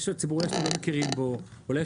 יש עוד ציבור שאתה לא מכיר בו,